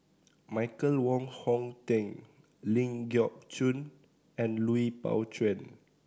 Michael Wong Hong Teng Ling Geok Choon and Lui Pao Chuen